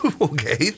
okay